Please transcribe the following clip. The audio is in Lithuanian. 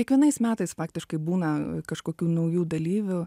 kiekvienais metais faktiškai būna kažkokių naujų dalyvių